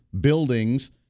buildings